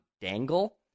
dangle